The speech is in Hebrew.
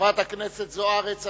חברת הכנסת אורית זוארץ,